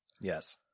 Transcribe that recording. yes